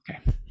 Okay